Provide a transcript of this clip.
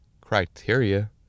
criteria